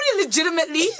legitimately